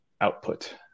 output